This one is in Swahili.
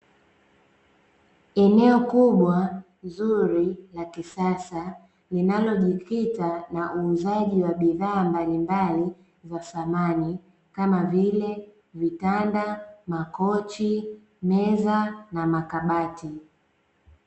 Eneo kubwa zuri la kisasa linalojikita na uuzaji wa bidhaa mbalimbali za samani kama vile vitanda, makochi, meza na makabati.